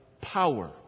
power